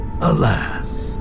Alas